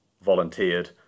volunteered